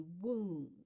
wound